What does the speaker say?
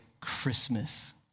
Christmas